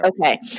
Okay